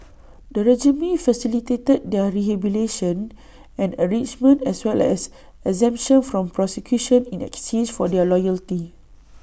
the regime facilitated their rehabilitation and enrichment as well as exemption from prosecution in exchange for their loyalty